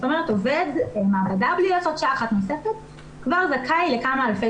זאת אומרת עובד מעבדה בלי לעשות שעה אחת נוספת כבר זכאי לכמה אלפי